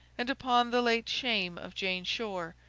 and upon the late shame of jane shore,